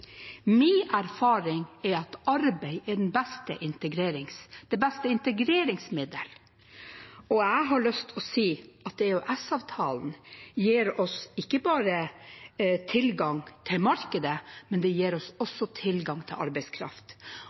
erfaring er at arbeid er det beste integreringsmiddel, og jeg har lyst til å si at EØS-avtalen gir oss ikke bare tilgang til markedet, men det gir oss også tilgang til arbeidskraft.